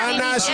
אי-אפשר להצביע.